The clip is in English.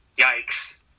yikes